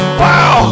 wow